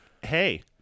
Hey